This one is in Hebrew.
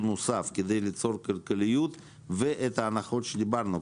נוסף כדי ליצור כלכליות ואת ההנחות שדיברנו,